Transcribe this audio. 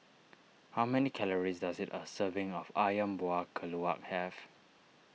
how many calories does it a serving of Ayam Buah Keluak have